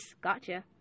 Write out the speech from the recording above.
Gotcha